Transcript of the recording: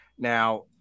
Now